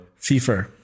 FIFA